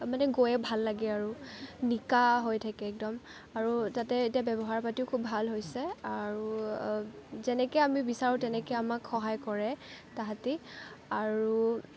মানে গৈয়ে ভাল লাগে আৰু নিকা হৈ থাকে একদম আৰু তাতে এতিয়া ব্যৱহাৰ পাতিও খুব ভাল হৈছে আৰু যেনেকে আমি বিচাৰো তেনেকে আমাক সহায় কৰে তাহাঁতি আৰু